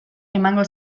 emango